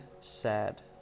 sad